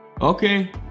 Okay